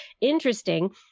interesting